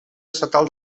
estatal